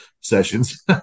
sessions